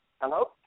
Hello